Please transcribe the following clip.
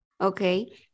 Okay